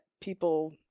people